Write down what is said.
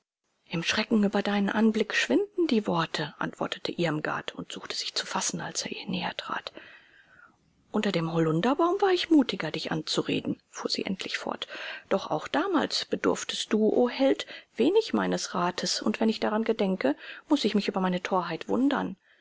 im schrecken über deinen anblick schwinden die worte antwortete irmgard und suchte sich zu fassen als er ihr näher trat unter dem holunderbaum war ich mutiger dich anzureden fuhr sie endlich fort doch auch damals bedurftest du o held wenig meines rates und wenn ich daran gedenke muß ich mich über meine torheit wundern